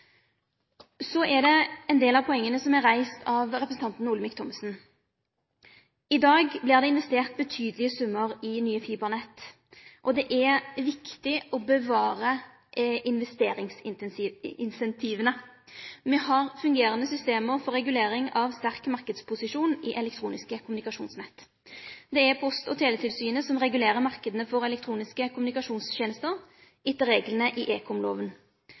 Så er det ein del av poenga som er tatt opp av representanten Olemic Thommessen. I dag vert det investert betydelege summar i nye fibernett, og det er viktig å bevare investeringsinsentiva. Me har fungerande system for regulering av sterk marknadsposisjon i elektroniske kommunikasjonsnett. Det er Post- og teletilsynet som regulerer marknadene for elektroniske kommunikasjonstenester etter reglane i